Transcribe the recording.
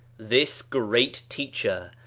this great teacher,